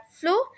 flow